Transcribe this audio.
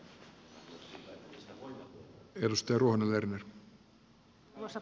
arvoisa puhemies